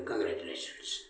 congratulations